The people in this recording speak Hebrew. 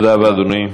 תודה רבה, אדוני.